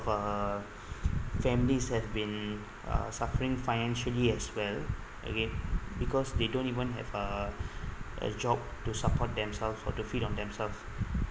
uh families have been uh suffering financially as well okay because they don't even have a a job to support themselves or to feed on themselves